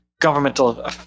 governmental